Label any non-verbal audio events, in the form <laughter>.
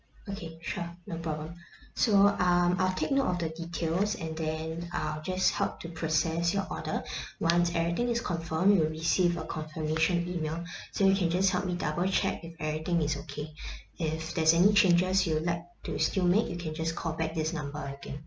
okay sure no problem so um I'll take note of the details and then I'll just help to process your order <breath> once everything is confirmed you will receive a confirmation email <breath> so you can just help me double check if everything is okay <breath> if there's any changes you would like to still make you can just call back this number again